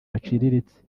baciriritse